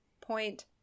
point